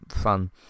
fun